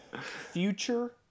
Future